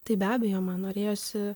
tai be abejo man norėjosi